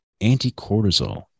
anti-cortisol